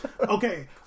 Okay